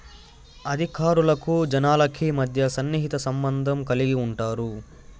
అధికారులకు జనాలకి మధ్య సన్నిహిత సంబంధం కలిగి ఉంటారు